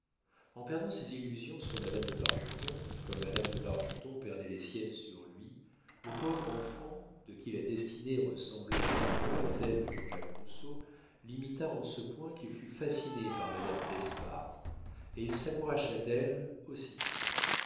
en perdant ses illusions sur madame de bargeton comme madame de bargeton perdait les siennes sur lui le pauvre enfant de qui la destinée ressemblait un peu à celle de j j rousseau l'imita en ce point qu'il fut fasciné par madame d'espard et il s'amouracha d'elle aussitôt